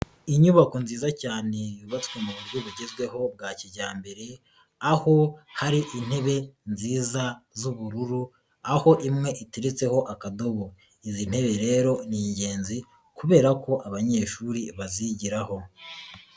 Inyubako nziza cyane yubatswe mu buryo bugezweho bwa kijyambere, aho hari intebe nziza z'ubururu aho imwe iteretseho akadobo, izi ntebe rero ni ingenzi kubera ko abanyeshuri bazigiraho.